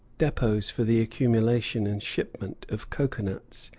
depots for the accumulation and shipment of cocoa-nuts,